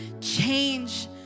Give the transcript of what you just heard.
change